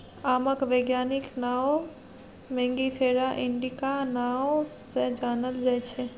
आमक बैज्ञानिक नाओ मैंगिफेरा इंडिका नाओ सँ जानल जाइ छै